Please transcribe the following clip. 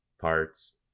parts